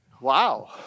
Wow